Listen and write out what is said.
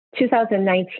2019